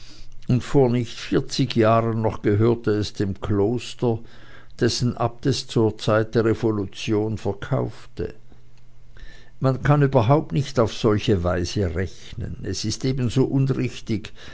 und vor nicht vierzig jahren noch gehörte es dem kloster dessen abt es zur zeit der revolution verkaufte man kann überhaupt nicht auf solche weise rechnen es ist ebenso unrichtig